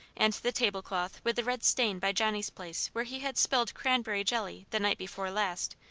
and the table-cloth with the red stain by johnny's place where he had spilled cranberry jelly the night before last,